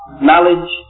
knowledge